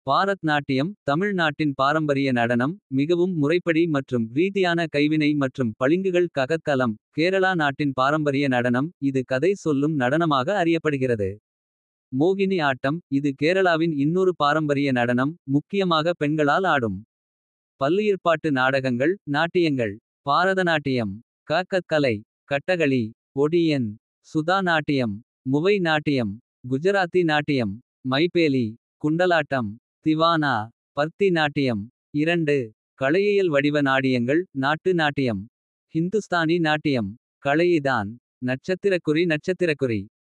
பாரத் நாட்டியம் தமிழ் நாட்டின் பாரம்பரிய நடனம். மிகவும் முறைப்படி மற்றும் ரீதியான கைவினை மற்றும். பளிங்குகள் கKathக் கலம்: கேரளா நாட்டின் பாரம்பரிய நடனம். இது கதை சொல்லும் நடனமாக அறியப்படுகிறது.மோகினி. ஆட்டம் இது கேரளாவின் இன்னொரு பாரம்பரிய நடனம். முக்கியமாக பெண்களால் ஆடும்.